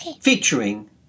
featuring